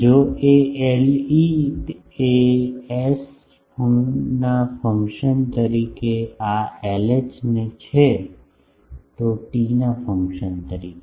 જો કે Le એ s નાં ફંક્શન તરીકે આ Lh છે ટીના ફંક્શન તરીકે